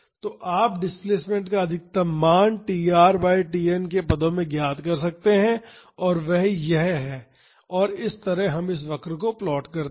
तो आप डिस्प्लेसमेंट का अधिकतम मान tr बाई Tn के पदों में ज्ञात कर सकते हैं और वह यह है और इस तरह हम इस वक्र को प्लॉट करते हैं